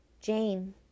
Jane